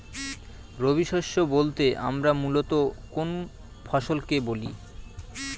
রবি শস্য বলতে আমরা মূলত কোন কোন ফসল কে বলি?